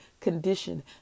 condition